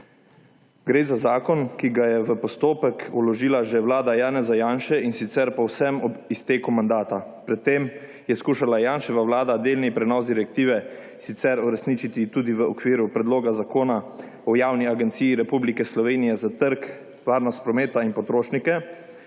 Gre za zakon, ki ga je v postopek vložila že vlada Janeza Janše, in sicer povsem ob izteku mandata. Pred tem je skušala Janševa vlada delni prenos direktive sicer uresničiti tudi v okviru predloga zakona o javni agenciji Republike Slovenije za trg, varnost prometa in potrošnike